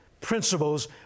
principles